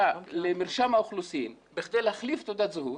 למרשם האוכלוסין בכדי להחליף תעודת זהות,